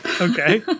Okay